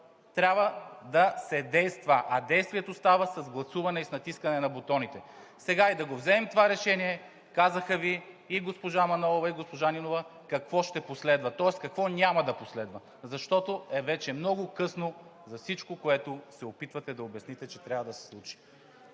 трябва да се действа, а действието става с гласуване и с натискане на бутоните. Сега и да го вземем това решение, казаха Ви и госпожа Манолова, и госпожа Нинова какво ще последва, тоест какво няма да последва, защото е вече много късно за всичко, което се опитвате да обясните, че трябва да се случи.